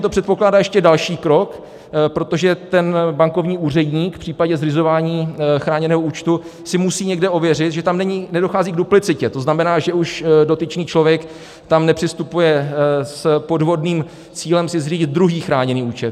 Samozřejmě to předpokládá ještě další krok, protože ten bankovní úředník v případě zřizování chráněného účtu si musí někde ověřit, že tam nedochází k duplicitě, to znamená, že dotyčný člověk tam nepřistupuje s podvodným cílem si zřídit druhý chráněný účet.